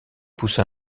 poussa